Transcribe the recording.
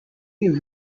late